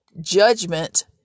judgment